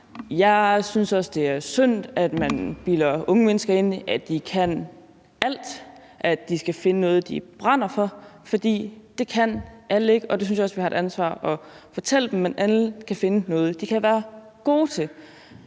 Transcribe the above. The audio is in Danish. Jeg synes også, det er synd, at man bilder unge mennesker ind, at de kan alt, og at de skal finde noget, de brænder for, for det kan alle ikke, og det synes jeg også vi har et ansvar for at fortælle dem. Men alle kan finde noget, de kan være gode til,